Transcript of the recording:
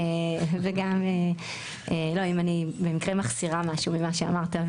אם אני במקרה מחסירה משהו ממה שאמרת,